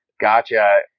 Gotcha